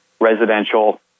residential